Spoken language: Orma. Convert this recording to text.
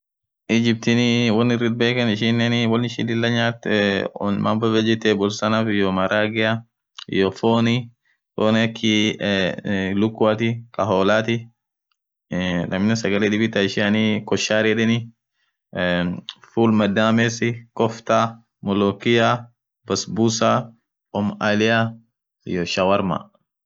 ijiptinii wonirrit beeken ishinen wonishin Lilanyaat won mambo vejetebultanaf iyyo maragea iyyo foni Fonakii lukuathi akaholati aminen sagale dibin taishianii koshani yedheni fulmadamesi koftaa molokiaa basbuusaa omaliyaa iyyo shawarma